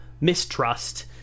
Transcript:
mistrust